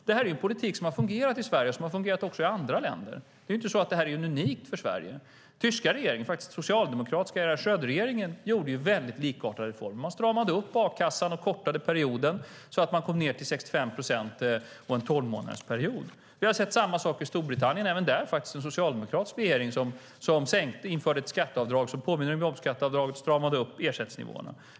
Det här är en politik som har fungerat i Sverige och som också har fungerat i andra länder. Det är inte så att det här är unikt för Sverige. Tyska regeringen, faktiskt den socialdemokratiska Schröderregeringen, genomförde väldigt likartade reformer. Man stramade upp a-kassan och kortade perioden så att man kom ned till 65 procent på en tolvmånadersperiod. Vi har sett samma sak i Storbritannien. Även där var det faktiskt en socialdemokratisk regering som införde ett skatteavdrag som påminde om jobbskatteavdraget och stramade upp ersättningsnivåerna.